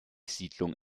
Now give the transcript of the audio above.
siedlung